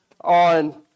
on